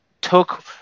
took